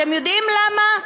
אתם יודעים למה?